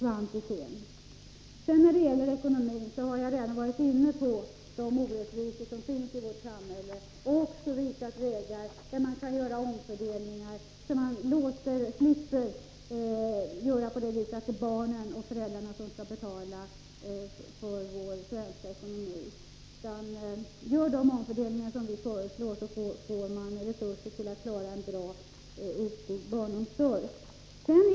Vad gäller ekonomin har jag redan varit inne på de orättvisor som finns i vårt samhälle och också visat vägar att göra omfördelningar, så att barnen och deras föräldrar skall slippa betala för vår standard. Om man gör de omfördelningar vi föreslår får man resurser att klara en bra utbyggd barnomsorg.